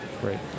Great